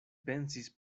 pensis